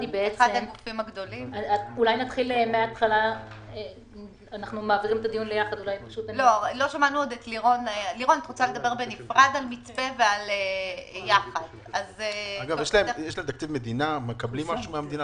הם מקבלים משהו מהמדינה?